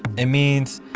it means,